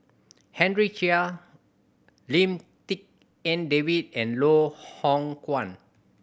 Henry Chia Lim Tik En David and Loh Hoong Kwan